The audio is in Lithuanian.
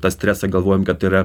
tą stresą galvojom kad yra